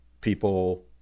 people